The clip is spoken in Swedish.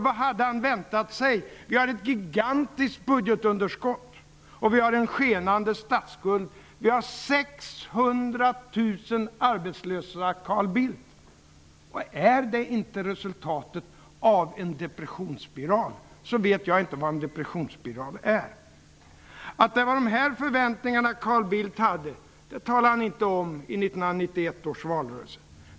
Vad hade han väntat sig? Vi har ett gigantiskt budgetunderskott och en skenande statsskuld. Vi har 600 000 arbetslösa, Carl Bildt. Är inte det resultatet av en depressionsspiral, så vet inte jag vad en depressionsspiral är. Att det var dessa förväntningar Carl Bildt hade talade han inte om i 1991 års valrörelse.